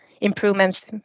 improvements